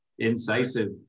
incisive